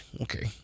Okay